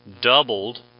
doubled